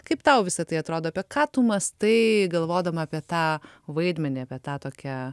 kaip tau visa tai atrodo apie ką tu mąstai galvodama apie tą vaidmenį apie tą tokią